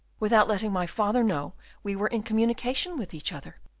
without letting my father know we were in communication with each other?